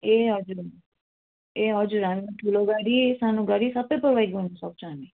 ए हजुर ए हजुर हाम्रोमा ठुलो गाडी सानो गाडी सबै प्रोभाइड गर्नु सक्छ हामी